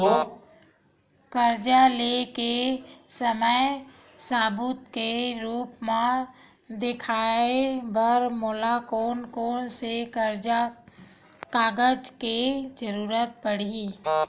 कर्जा ले के समय सबूत के रूप मा देखाय बर मोला कोन कोन से कागज के जरुरत पड़ही?